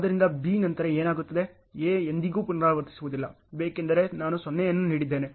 ಆದ್ದರಿಂದ B ನಂತರ ಏನಾಗುತ್ತದೆ A ಎಂದಿಗೂ ಪುನರಾವರ್ತಿಸುವುದಿಲ್ಲ ಏಕೆಂದರೆ ನಾನು 0 ಅನ್ನು ನೀಡಿದ್ದೇನೆ